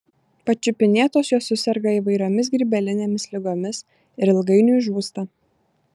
pačiupinėtos jos suserga įvairiomis grybelinėmis ligomis ir ilgainiui žūsta